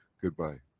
goodbye.